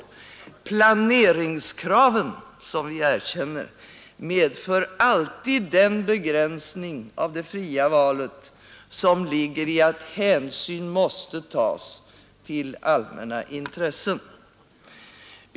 Planeringskraven — som vi erkänner — medför alltid den begränsning av det fria valet som ligger i att hänsyn måste tas till allmänna intressen.